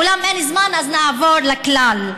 אולם אין זמן, אז נעבור לכלל.